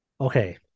Okay